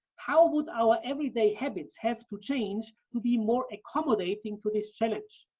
how would our everyday habits have to change to be more accommodating to this challenge?